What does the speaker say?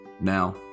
Now